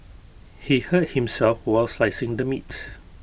he hurt himself while slicing the meats